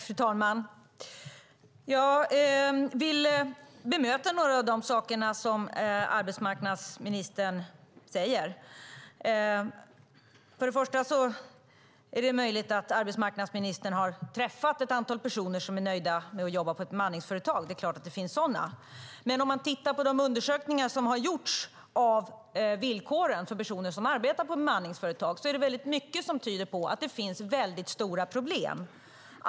Fru talman! Jag vill bemöta något av det som arbetsmarknadsministern sade. Det är möjligt att arbetsmarknadsministern har träffat ett antal personer som är nöjda med att jobba på bemanningsföretag. Det är klart att det finns sådana. Men i de undersökningar som har gjorts av villkoren för personer som arbetar på bemanningsföretag är det mycket som tyder på att det finns stora problem.